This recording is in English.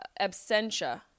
Absentia